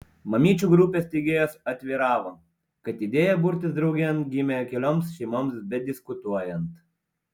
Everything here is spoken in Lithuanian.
mamyčių grupės steigėjos atviravo kad idėja burtis draugėn gimė kelioms šeimoms bediskutuojant